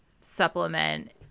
supplement